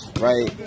right